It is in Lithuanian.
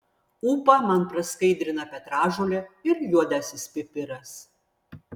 ūpą man praskaidrina petražolė ir juodasis pipiras